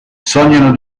sognano